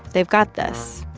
they've got this.